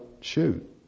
shoot